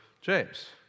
James